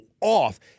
off